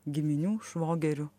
giminių švogerių